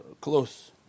close